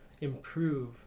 improve